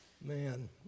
Man